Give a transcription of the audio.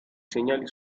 segnali